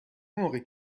موقع